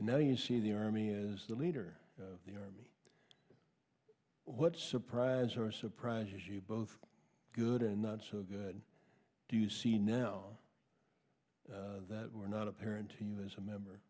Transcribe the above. and now you see the army is the leader of the army what surprise or surprise you both good and not so good do you see now that we're not apparent to you as a